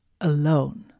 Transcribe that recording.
alone